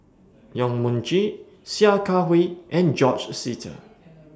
Yong Mun Chee Sia Kah Hui and George Sita